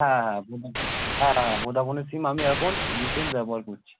হ্যাঁ হ্যাঁ ভোডা হ্যাঁ হ্যাঁ ভোডাফোনের সিম আমি এখন রিসেন্ট ব্যবহার করছি